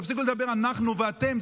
תפסיקו לדבר "אנחנו" ו"אתם".